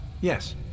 Yes